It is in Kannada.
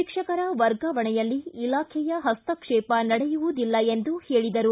ಶಿಕ್ಷಕರ ವರ್ಗಾವಣೆಯಲ್ಲಿ ಇಲಾಖೆಯ ಹಸ್ತಕ್ಷೇಪ ನಡೆಯುವುದಿಲ್ಲ ಎಂದು ಹೇಳಿದರು